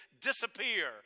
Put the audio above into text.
disappear